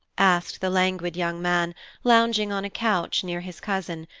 asked the languid young man lounging on a couch near his cousin,